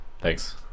Thanks